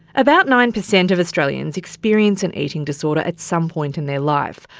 about nine percent of australians experience an eating disorder at some point in their life,